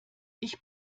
ich